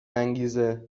انگیزه